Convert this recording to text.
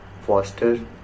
foster